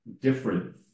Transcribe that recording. different